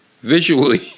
Visually